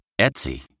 Etsy